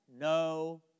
no